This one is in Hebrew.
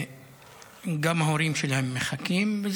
גם ההורים שלהם מחכים.